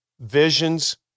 visions